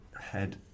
head